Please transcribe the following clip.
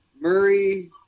Murray